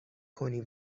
کنی